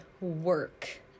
work